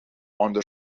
under